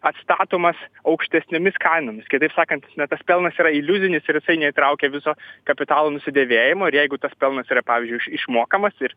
atstatomas aukštesnėmis kainomis kitaip sakant ne tas pelnas yra iliuzinis ir jisai neįtraukia viso kapitalo nusidėvėjimo ir jeigu tas pelnas yra pavyzdžiui iš išmokamas ir